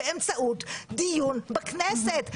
באמצעות דיון בכנסת.